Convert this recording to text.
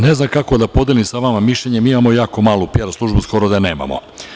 Ne znam kako da podelim sa vama mišljenje, mi imamo jako malu PR službu, skoro da je nemamo.